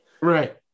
Right